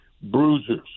bruisers